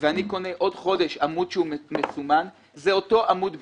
ואני קונה עוד חודש עמוד מסומן זה אותו העמוד בדיוק.